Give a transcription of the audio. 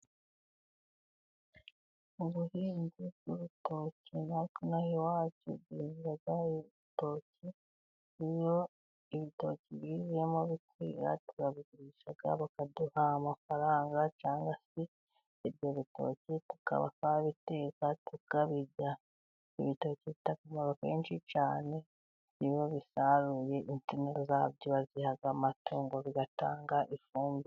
Ubuhinzi bw' urutoki ino aha iwacu duhinga ibitoki, iyo ibitoki bijemo bikera turagurisha, bakaduha amafaranga cyangwa se ibyo bitoki tukaba twabiteka tukabirya ibitoki bifite akamaro kenshi cyane iyo bisaruwe insinsi zabyo baziha amatungo bigatanga ifumbire.